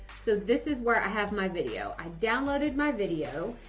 so, this is where i have my video i downloaded my video.